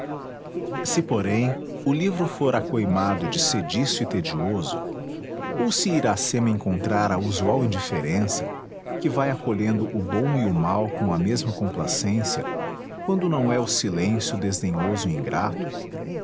se porém o livro for acoimado de cediço e tedioso ou se iracema encontrar a usual indiferença que vai acolhendo o bom e o mau com a mesma complacência quando não é o silêncio desdenhoso e ingrato